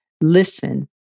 listen